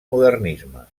modernisme